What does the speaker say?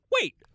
wait